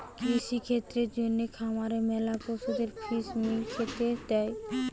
কৃষিক্ষেত্রের জন্যে খামারে ম্যালা পশুদের ফিস মিল খেতে দে